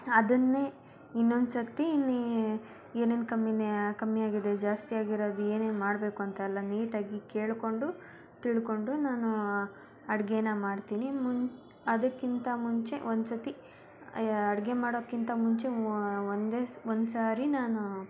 ಅದನ್ನೇ ಇನ್ನೊಂದು ಸರ್ತಿ ನೀನು ಏನೇನು ಕಮ್ಮಿಯೇ ಕಮ್ಮಿ ಆಗಿದೆ ಜಾಸ್ತಿ ಆಗಿರೋದು ಏನೇನು ಮಾಡಬೇಕು ಅಂತೆಲ್ಲ ನೀಟಾಗಿ ಕೇಳಿಕೊಂಡು ತಿಳ್ಕೊಂಡು ನಾನು ಅಡುಗೇನ ಮಾಡ್ತೀನಿ ಮುಂ ಅದಕ್ಕಿಂತ ಮುಂಚೆ ಒಂದು ಸರ್ತಿ ಯ ಅಡುಗೆ ಮಾಡೋಕ್ಕಿಂತ ಮುಂಚೆ ಒ ಒಂದೇ ಸ ಒಂದು ಸಾರಿ ನಾನು